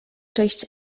cześć